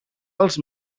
als